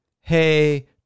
hey